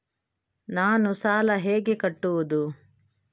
ನಾನು ಸಾಲ ಹೇಗೆ ಕಟ್ಟುವುದು?